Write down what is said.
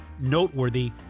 noteworthy